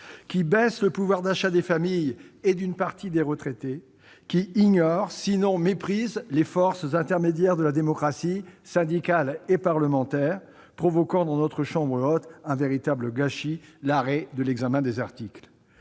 qui abaisse le pouvoir d'achat des familles et d'une partie des retraités, qui ignore, sinon méprise, les forces intermédiaires de la démocratie, syndicales et parlementaires, provoquant dans notre chambre haute un véritable gâchis- l'arrêt de l'examen des articles